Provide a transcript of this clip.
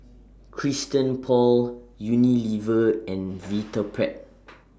Christian Paul Unilever and Vitapet